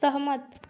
सहमत